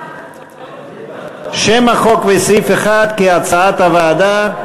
שם החוק וסעיף 1 כהצעת הוועדה.